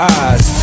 eyes